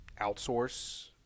outsource